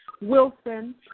Wilson